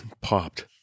popped